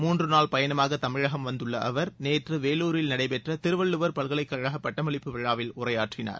மூன்று நாள் பயணமாக தமிழகம் வந்துள்ள அவர் நேற்று வேலுாரில் நடைபெற்ற திருவள்ளுவர் பல்கலைக்கழக பட்டமளிப்பு விழாவில் உரையாற்றினார்